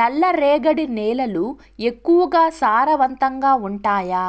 నల్లరేగడి నేలలు ఎక్కువగా సారవంతంగా ఉంటాయా?